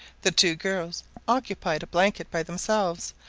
the two girls occupied a blanket by themselves,